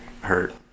hurt